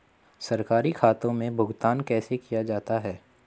सरकारी खातों में भुगतान कैसे किया जाता है?